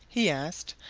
he asked,